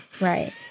right